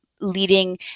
leading